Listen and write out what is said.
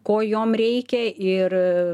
ko jom reikia ir